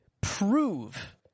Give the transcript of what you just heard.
prove